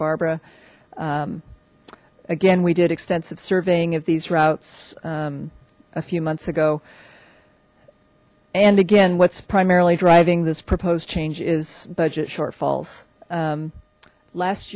barbara again we did extensive surveying of these routes a few months ago and again what's primarily driving this proposed change is budget shortfalls last